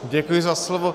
Děkuji za slovo.